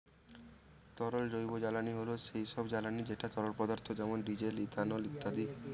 তরল জৈবজ্বালানী হল সেই সব জ্বালানি যেটা তরল পদার্থ যেমন ডিজেল, ইথানল ইত্যাদি